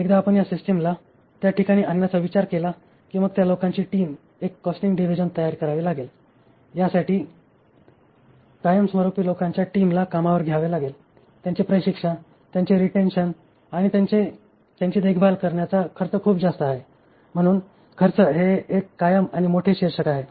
एकदा आपण या सिस्टमला त्या ठिकाणी आणण्याचा विचार केला की मग त्या लोकांची टीम एक कॉस्टिंग डिव्हिजन तयार करावी लागेल यासाठी कायमस्वरूपी लोकांच्या टीमला कामावर घ्यावे लागेल त्यांचे प्रशिक्षण त्यांचे रिटेन्शन आणि त्यांची देखभाल करण्याचा खर्च खूप जास्त आहे म्हणून खर्च हे एक कायम आणि मोठे शीर्षक आहे